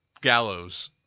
Gallows